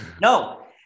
No